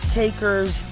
takers